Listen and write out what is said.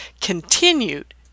continued